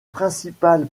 principales